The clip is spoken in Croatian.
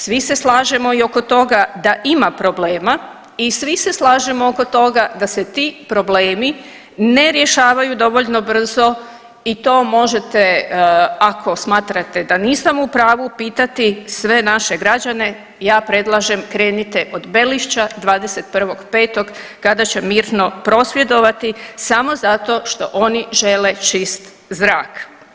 Svi se slažemo i oko toga da ima problema i svi se slažemo oko toga da se ti problemi ne rješavaju dovoljno brzo i to možete, ako smatrate da nisam u pravu pitati sve naše građane, ja predlažem, krenite od Belišća 21.5. kada će mirno prosvjedovati samo zato što oni žele čist zrak.